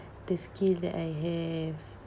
the skill that I have